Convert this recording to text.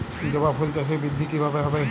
জবা ফুল চাষে বৃদ্ধি কিভাবে হবে?